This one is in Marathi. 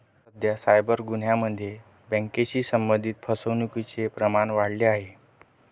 सध्या सायबर गुन्ह्यांमध्ये बँकेशी संबंधित फसवणुकीचे प्रमाण वाढले आहे